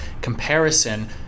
comparison